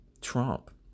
Trump